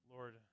Lord